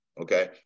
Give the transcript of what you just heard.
Okay